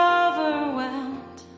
overwhelmed